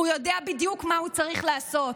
הוא יודע בדיוק מה הוא צריך לעשות,